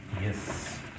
Yes